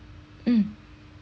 mm